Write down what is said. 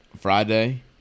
Friday